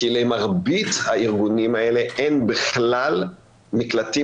כי למרבית הארגונים האלה אין בכלל מקלטים